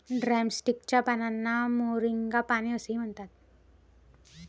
drumstick च्या पानांना moringa पाने असेही म्हणतात